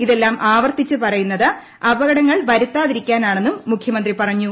ഇതെല്ലാം ആവർത്തിച്ചു പറയുന്നത് അപകടങ്ങൾ വരുത്താതിരിക്കാനാണെന്നും മുഖ്യമന്ത്രി പറഞ്ഞു